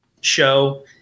show